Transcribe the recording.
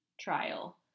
trial